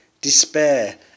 despair